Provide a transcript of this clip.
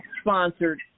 sponsored